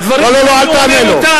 לא, אל תענה לו.